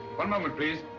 one moment please.